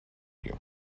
you